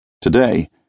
Today